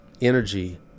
energy